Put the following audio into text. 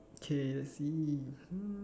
okay let's see mm